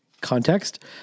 context